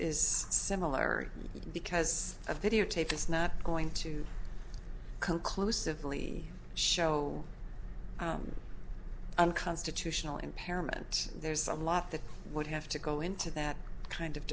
is similar because a videotape is not going to conclusively show unconstitutional impairment there's a lot that would have to go into that kind of